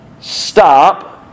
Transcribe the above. stop